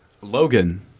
Logan